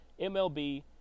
MLB